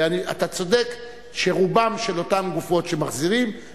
אתה צודק שרובן של אותן גופות שמחזירים,